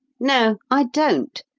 no, i don't.